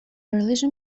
region